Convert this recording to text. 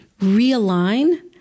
realign